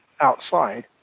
outside